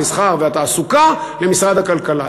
המסחר והתעסוקה למשרד הכלכלה.